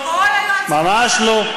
ממש לא.